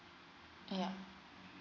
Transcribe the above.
yeah